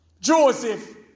Joseph